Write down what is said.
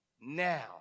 now